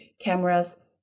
cameras